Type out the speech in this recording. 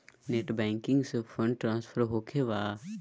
Net banking से fund transfer होखें बा?